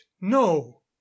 no